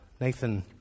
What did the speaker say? Nathan